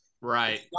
right